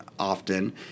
Often